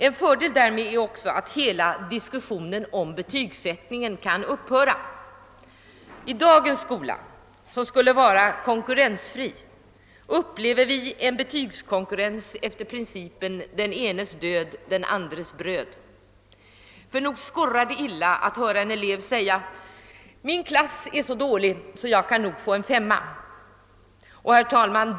En fördel därmed är också att hela diskussionen om betygsättningen kan upphöra. I dagens skola, som skulle vara konkurrensfri, upplever vi en betygskonkurrens efter principen »den enes död den andres bröd». Nog skorrar det illa att höra en elev säga: »Min klass är så dålig att jag nog kan få en 5:a.« Herr talman!